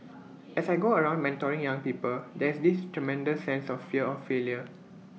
as I go around mentoring young people there's this tremendous sense of fear of failure